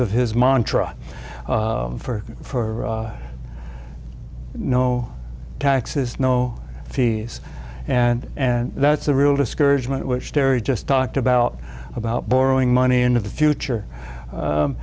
of his mantra for no taxes no fees and and that's a real discouragement which terry just talked about about borrowing money into the future